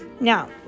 Now